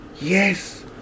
Yes